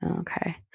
okay